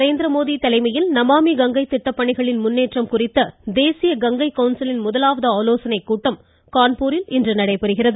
நரேந்திரமோடி தலைமையில் நமாமி கங்கை திட்டப்பணிகளின் முன்னேற்றம் குறித்த தேசிய கங்கை கவுன்சிலின் முதலாவது ஆலோசனைக் கூட்டம் கான்பூரில் இன்று நடைபெறுகிறது